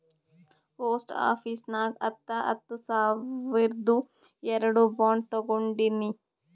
post office ನಾಗ್ ಹತ್ತ ಹತ್ತ ಸಾವಿರ್ದು ಎರಡು ಬಾಂಡ್ ತೊಗೊಂಡೀನಿ